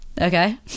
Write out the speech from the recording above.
okay